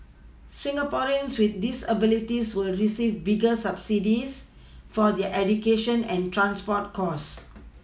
Singaporeans with disabilities will receive bigger subsidies for their education and transport costs